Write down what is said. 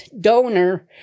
donor